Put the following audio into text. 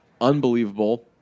unbelievable